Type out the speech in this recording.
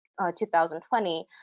2020